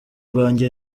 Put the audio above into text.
rwanjye